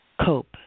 cope